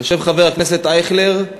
יושב חבר הכנסת אייכלר,